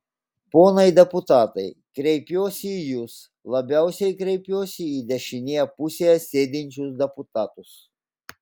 ponai deputatai kreipiuosi į jus labiausiai kreipiuosi į dešinėje pusėje sėdinčius deputatus